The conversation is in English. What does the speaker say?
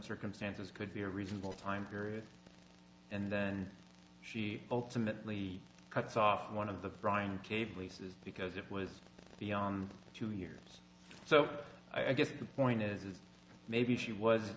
circumstances could be a reasonable time period and then she ultimately cuts off one of the ryan cave leases because if with beyond two years so i guess the point is maybe she was